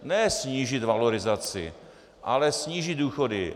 Ne snížit valorizaci, ale snížit důchody.